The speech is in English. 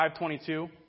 5.22